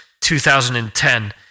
2010